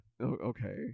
Okay